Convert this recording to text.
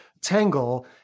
tangle